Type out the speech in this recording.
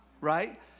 Right